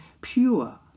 pure